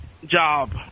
job